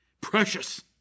precious